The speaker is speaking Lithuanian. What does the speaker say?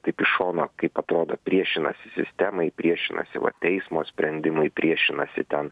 taip iš šono kaip atrodo priešinasi sistemai priešinasi va teismo sprendimui priešinasi ten